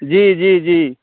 जी जी जी